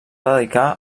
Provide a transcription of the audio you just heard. dedicar